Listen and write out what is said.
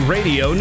Radio